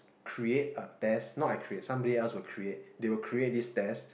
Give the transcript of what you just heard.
create a test not I create somebody else will create they will create this test